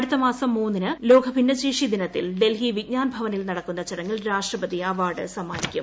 അടുത്ത മാസം മൂന്നിന് ലോക ഭിന്നശേഷി ദിനത്തിൽ ഡൽഹി വിജ്ഞാൻ ഭവനിൽ നടക്കുന്ന ചടങ്ങിൽ രാഷ്ട്രപതി അവാർഡ് സമ്മാനിക്കും